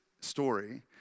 story